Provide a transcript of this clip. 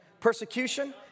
persecution